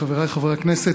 חברי חברי הכנסת,